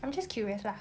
I'm just curious lah